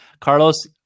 carlos